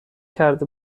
کرده